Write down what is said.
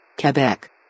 Quebec